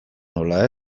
nola